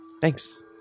Thanks